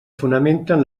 fonamenten